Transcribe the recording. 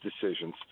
decisions